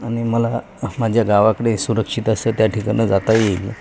आणि मला माझ्या गावाकडे सुरक्षित असं त्या ठिकाणी जाता येईल